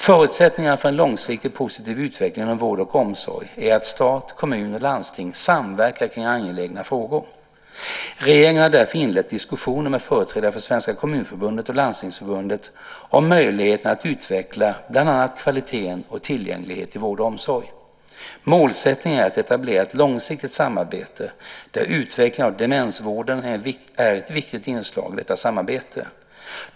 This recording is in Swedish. Förutsättningarna för en långsiktig positiv utveckling inom vård och omsorg är att stat, kommun och landsting samverkar kring angelägna frågor. Regeringen har därför inlett diskussioner med företrädare för Svenska Kommunförbundet och Landstingsförbundet om möjligheterna att utveckla bland annat kvaliteten och tillgängligheten i vård och omsorg. Målsättningen är att etablera ett långsiktigt samarbete där utveckling av demensvården är ett viktigt inslag i detta samarbete.